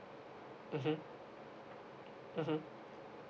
mmhmm mmhmm